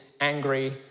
angry